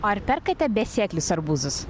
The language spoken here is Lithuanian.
ar perkate besėklius arbūzus